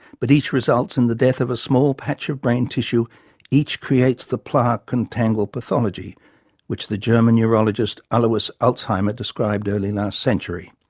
but each results in the death of a small patch of brain tissue each creates the plaque and tangle pathology which the german neurologist alois alzheimer described early last century,